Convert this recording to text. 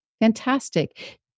fantastic